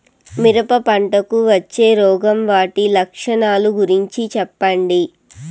మిరప పంటకు వచ్చే రోగం వాటి లక్షణాలు గురించి చెప్పండి?